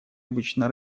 обычно